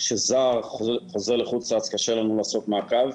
כשזר חוזר לחוץ לארץ קשה לנו לעשות מעקב.